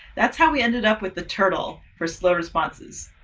that's how we ended up with the turtle for slow responses.